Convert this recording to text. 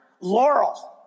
Laurel